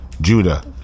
Judah